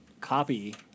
copy